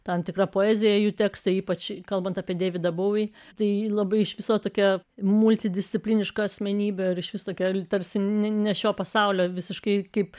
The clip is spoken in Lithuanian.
tam tikra poezija jų tekstai ypač kalbant apie deividą bouvį tai labai iš viso tokia multidisciplininio asmenybę ar išvis tokia tarsi ne šio pasaulio visiškai kaip